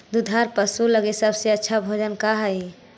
दुधार पशु लगीं सबसे अच्छा भोजन का हई?